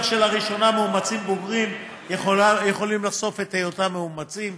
כך שלראשונה מאומצים בוגרים יכולים לחשוף את היותם מאומצים.